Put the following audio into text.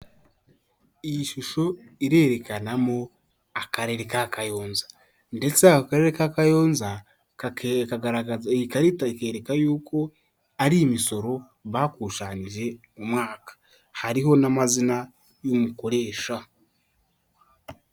Iyi shusho irerekanamo akarere ka kayonza ndetse aka karere ka Kayonza kagaragaza iyi karita ikereka yuko ari imisoro bakusanyije umwaka, hariho n'amazina y'umukoresha.